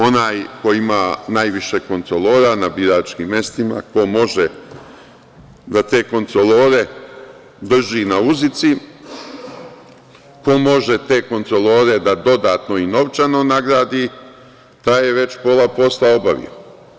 Onaj ko ima najviše kontrolora na biračkim mestima, ko može da te kontrolore drži na uzici, ko može te kontrolore da dodatno i novčano nagradi taj je već pola posla obavio.